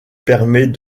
permet